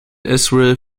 israel